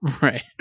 right